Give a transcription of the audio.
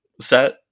set